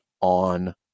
on